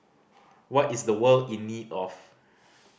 what is the world in need of